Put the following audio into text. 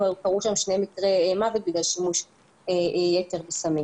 קרו שם שני מקרי מוות בגלל שימוש יתר בסמים.